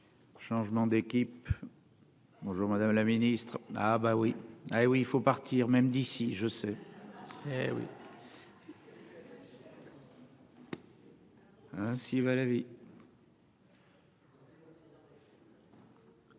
Changement d'équipe. Bonjour, madame la Ministre. Ah bah oui, ah oui il faut partir même d'ici je sais. Oui. Ainsi va la vie.